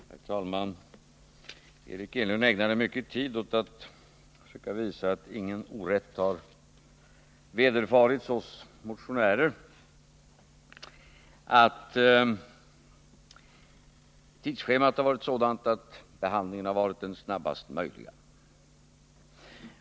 Herr talman! Eric Enlund ägnade mycken tid åt att försöka visa att ingen orätt har vederfarits oss motionärer och att tidsschemat varit sådant att behandlingen har varit den snabbaste möjliga.